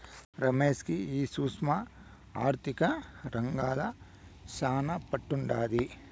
రమేష్ కి ఈ సూక్ష్మ ఆర్థిక రంగంల శానా పట్టుండాది